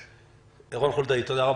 רון חולדאי, תודה.